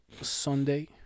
Sunday